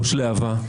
ראש להב"ה,